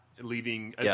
leaving –